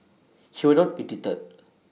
he will not be deterred